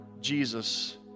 Jesus